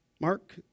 Mark